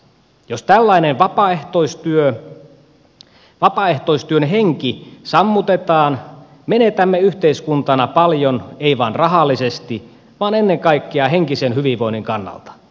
jos tällainen vapaaehtoistyön henki sammutetaan menetämme yhteiskuntana paljon emme vain rahallisesti vaan ennen kaikkea henkisen hyvinvoinnin kannalta